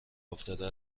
افتاده